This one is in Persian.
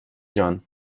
جان